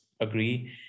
agree